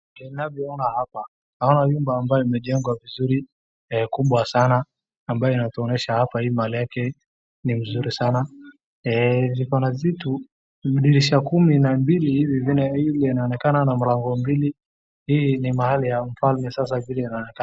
Ninavyoona hapa, naona nyumba ambayo imejengwa vizuri kubwa sana ambayo inatuonyesha hapa hii mahali yake ni mzuri sana. Iko na vitu, dirisha kumi na mbili hizi zinaonekana na mlango mbili.